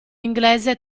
inglese